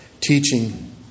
teaching